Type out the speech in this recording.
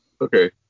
okay